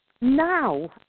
Now